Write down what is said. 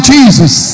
Jesus